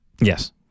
Yes